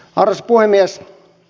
arvoisa puhemies